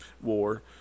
War